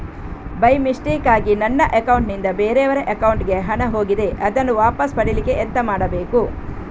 By ಮಿಸ್ಟೇಕಾಗಿ ನನ್ನ account ನಿಂದ ಬೇರೆಯವರ ಅಕೌಂಟ್ ಗೆ ಹಣ ಹೋಗಿದೆ ಅದನ್ನು ವಾಪಸ್ ಪಡಿಲಿಕ್ಕೆ ಎಂತ ಮಾಡಬೇಕು?